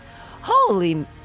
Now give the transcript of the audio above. Holy